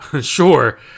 Sure